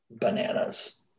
Bananas